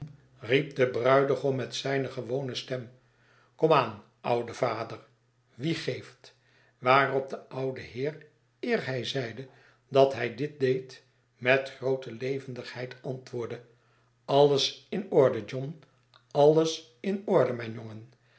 riep de bruidegom met zijne gewone stem kom aan oude vader wie geeft waarop de oude heer eer hij zeide dat hij dit deed met groote levendigheid antwoordde alles inorde john alles in orde mijn jongen